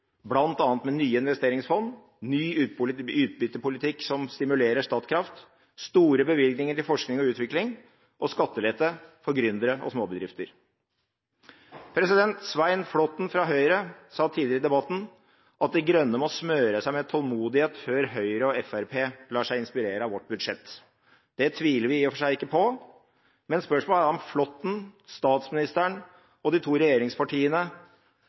bl.a. med nye investeringsfond, ny utbyttepolitikk som stimulerer Statkraft, store bevilgninger til forskning og utvikling og skattelette for gründere og småbedrifter. Svein Flåtten fra Høyre sa tidligere i debatten at De Grønne må smøre seg med tålmodighet før Høyre og Fremskrittspartiet lar seg inspirere av vårt budsjett. Det tviler vi i og for seg ikke på, men spørsmålet er om Flåtten, statsministeren og de to regjeringspartiene